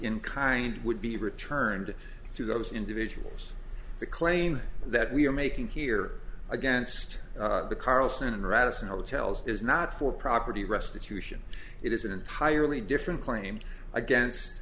in kind would be returned to those individuals the claim that we are making here against the carlson radisson hotel is not for property restitution it is an entirely different claim against